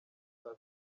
muri